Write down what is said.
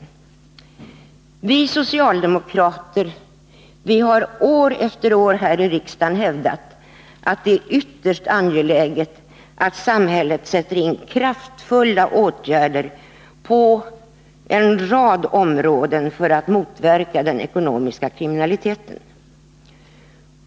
Vi socialdemokrater har år efter år här i riksdagen hävdat att det är ytterst angeläget att samhället sätter in kraftfulla åtgärder på en rad områden för att motverka den ekonomiska kriminaliteten.